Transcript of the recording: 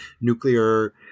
nuclear